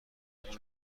خیانت